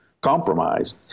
compromise